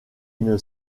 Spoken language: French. une